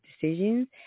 decisions